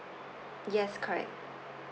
yes correct